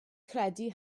credu